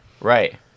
Right